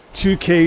2k